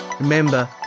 Remember